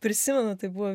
prisimenu tai buvo